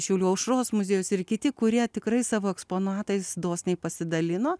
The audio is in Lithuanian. šiaulių aušros muziejus ir kiti kurie tikrai savo eksponatais dosniai pasidalino